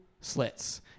slits